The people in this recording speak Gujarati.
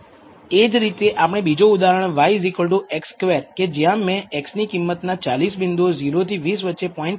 એ જ રીતે આપણે બીજો ઉદાહરણ લઈએ yx2 કે જ્યાં મેં x ની કિંમત ના 40 બિંદુઓ 0 થી 20 વચ્ચે 0